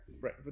right